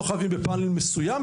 לא חייבים בפנל מסוים,